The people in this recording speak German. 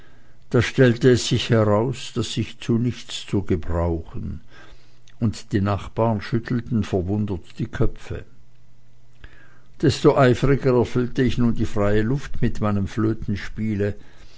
da stellte es sich heraus daß ich zu nichts zu gebrauchen und die nachbaren schüttelten verwundert die köpfe desto eifriger erfüllte ich nun die freie luft mit meinem